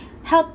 help